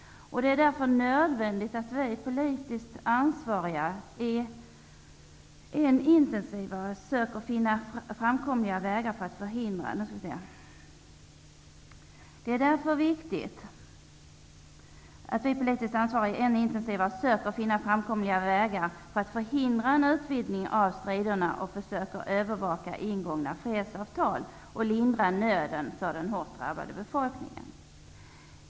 Det är därför viktigt att vi som är politiskt ansvariga ännu intensivare söker finna framkomliga vägar för att förhindra en utvidgning av striderna och försöka övervaka ingångna fredsavtal och lindra nöden för den hårt drabbade befolkningen.